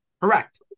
Correct